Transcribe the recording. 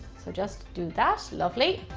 so just do that. lovely.